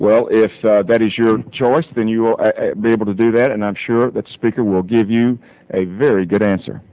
well if that is your choice then you will be able to do that and i'm sure that speaker will give you a very good answer